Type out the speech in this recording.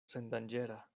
sendanĝera